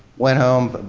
went home,